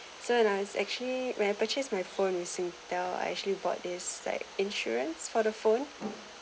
so when I actually when I purchased my phone in singtel I actually bought this like insurance for the phone